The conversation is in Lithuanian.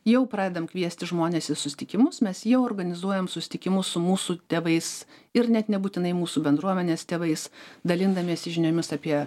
jau pradedam kviesti žmones į susitikimus mes jau organizuojam susitikimus su mūsų tėvais ir net nebūtinai mūsų bendruomenės tėvais dalindamiesi žiniomis apie